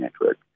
network